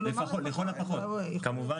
לכל הפחות, כמובן.